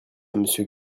monsieur